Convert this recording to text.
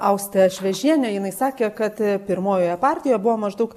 auste šviažiene jinai sakė kad pirmojoje partijoj buvo maždaug